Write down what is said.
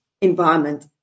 environment